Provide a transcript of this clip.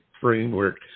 framework